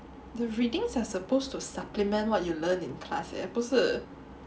the readings are supposed to supplement what you learn in class eh 不是